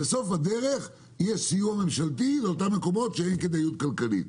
בסוף הדרך יש סיוע ממשלתי לאותם מקומות שאין כדאיות כלכלית,